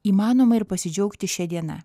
įmanoma ir pasidžiaugti šia diena